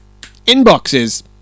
inboxes